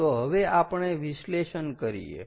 તો હવે આપણે વિશ્લેષણ કરીએ